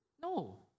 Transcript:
no